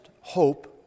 hope